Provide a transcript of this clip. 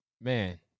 man